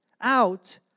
out